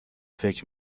فکر